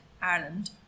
Ireland